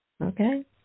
Okay